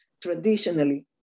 traditionally